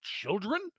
children